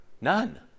None